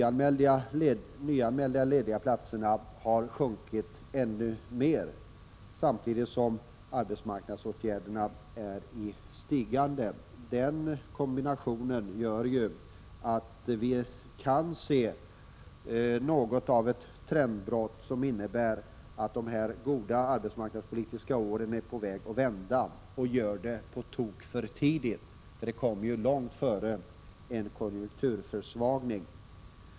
Antalet nyanmälda lediga platser har sjunkit ännu mer, samtidigt som arbetsmarknadsåtgärderna ökar. Den kombinationen gör ju att vi kan se något av ett trendbrott, som innebär att läget med de goda arbetsmarknadspolitiska åren håller på att vända — och gör det alldeles för tidigt. Den vändningen kommer i så fall ju långt före en konjunkturförsvagning.